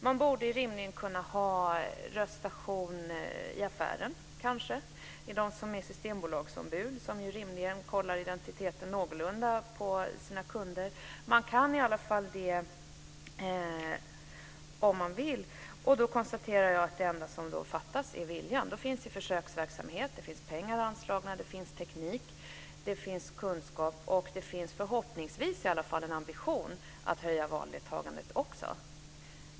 Man borde kunna ha röststationer i affärer som är systembolagsombud och som rimligen kollar sina kunders identitet någorlunda. Det här kan man göra om man vill, och då konstaterar jag att det enda som fattas är viljan. Det finns en försöksverksamhet, det finns pengar anslagna, det finns teknik, det finns kunskap och det finns, förhoppningsvis i alla fall, också en ambition att höja valdeltagandet.